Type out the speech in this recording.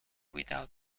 without